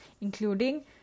including